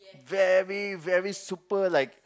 very very super like